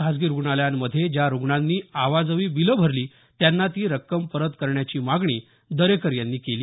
खासगी रुग्णालयांमध्ये ज्या रुग्णानी अवाजवी बीलं भरली त्यांना ती रक्कम परत करण्याची मागणी दरेकर यांनी केली